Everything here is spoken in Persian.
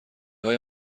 های